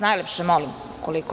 Najlepše vas molim.